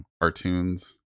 cartoons